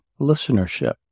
listenership